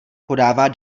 podává